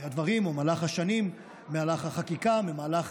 הדברים או במהלך השנים, במהלך החקיקה, במהלך